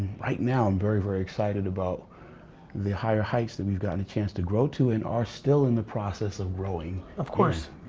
right now i'm very, very excited about the higher heights that we've gotten a chance to grow to and are still in the process of growing. of course.